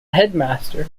headmaster